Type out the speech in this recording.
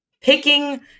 picking